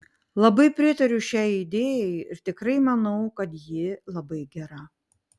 labai pritariu šiai idėjai ir tikrai manau kad ji labai gera